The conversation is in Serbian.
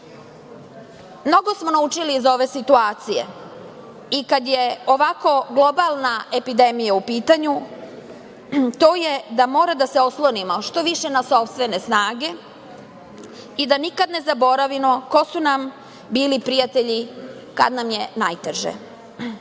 smo naučili iz ove situacije i kad je ovako globalna epidemija u pitanju, to je da mora da se oslonimo što više na sopstvene snage i da nikada ne zaboravimo ko su nam bili prijatelji kad nam je najteže. Na